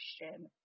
question